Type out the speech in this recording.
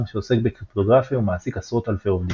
שעוסק בקריפטוגרפיה ומעסיק עשרות אלפי עובדים.